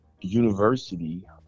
University